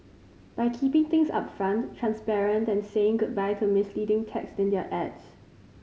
by keeping things upfront transparent and saying goodbye to misleading text in their ads